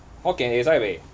hokkien eh sai buay